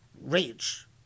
rage